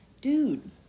dude